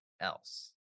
else